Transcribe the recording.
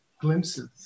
Glimpses